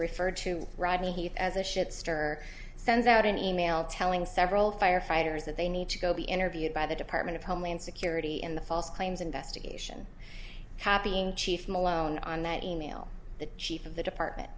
referred to rodney heath as a shit stirrer sends out an email telling several firefighters that they need to go be interviewed by the department of homeland security in the false claims investigation happy in chief malone on that email the chief of the department